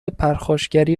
پرخاشگری